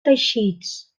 teixits